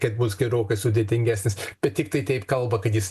kad bus gerokai sudėtingesnis bet tiktai taip kalba kad jis